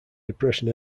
depression